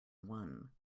one